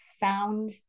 found